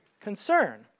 concern